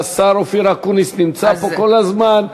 השר אופיר אקוניס נמצא פה כל הזמן,